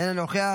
אינו נוכח,